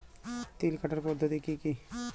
তিল কাটার পদ্ধতি কি কি?